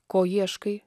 ko ieškai